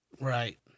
Right